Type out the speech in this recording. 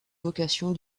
vocations